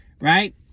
Right